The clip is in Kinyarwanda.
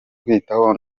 kwitaho